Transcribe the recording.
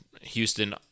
Houston